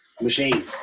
machine